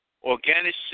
Organic